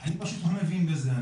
אני פשוט לא מבין בזה,